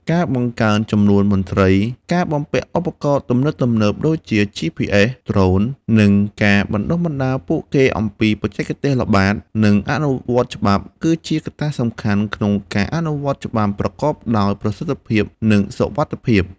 ការបង្កើនចំនួនមន្ត្រី ការបំពាក់ឧបករណ៍ទំនើបៗ ដូចជា GPS ដ្រូន និងការបណ្តុះបណ្តាលពួកគេអំពីបច្ចេកទេសល្បាត និងអនុវត្តច្បាប់ គឺជាកត្តាសំខាន់ក្នុងការអនុវត្តច្បាប់ប្រកបដោយប្រសិទ្ធភាព និងសុវត្ថិភាព។